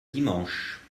dimanche